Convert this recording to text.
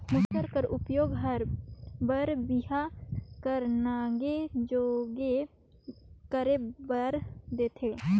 मूसर कर उपियोग हर बर बिहा कर नेग जोग करे बर दिखथे